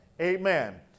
Amen